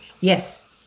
Yes